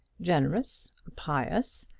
generous, pious,